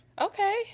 Okay